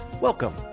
Welcome